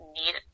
need